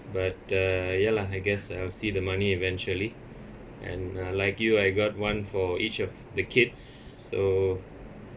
but uh ya lah I guess I'll see the money eventually and ah like you I got one for each of the kids so